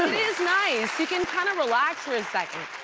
is nice, you can kind of relax for a second.